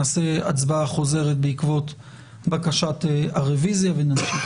נעשה הצבעה חוזרת בעקבות בקשת הרוויזיה ונמשיך.